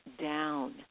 down